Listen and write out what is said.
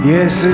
Yes